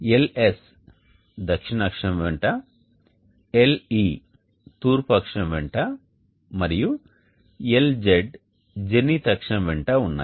LS దక్షిణ అక్షం వెంట LE తూర్పు అక్షం వెంట మరియు LZ జెనిత్ అక్షం వెంట ఉన్నాయి